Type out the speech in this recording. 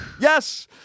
Yes